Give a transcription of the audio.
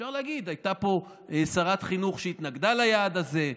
אפשר להגיד שהייתה פה שרת חינוך שהתנגדה ליעד הזה,